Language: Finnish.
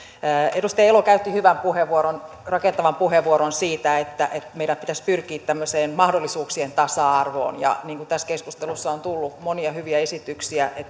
edustaja elo käytti hyvän puheenvuoron rakentavan puheenvuoron siitä että meidän pitäisi pyrkiä tämmöiseen mahdollisuuksien tasa arvoon ja tässä keskustelussa on tullut monia hyviä esityksiä siitä